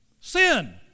Sin